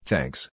Thanks